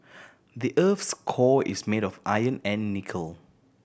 the earth's core is made of iron and nickel